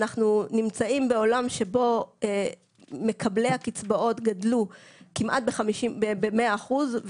אנחנו נמצאים בעולם שבו מקבלי הקצבאות גדלו כמעט במאה אחוז,